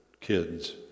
kids